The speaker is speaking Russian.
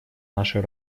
нашей